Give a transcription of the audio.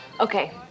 Okay